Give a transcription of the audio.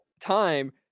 time